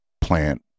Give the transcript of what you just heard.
plant